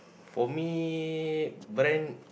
for me brand